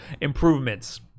improvements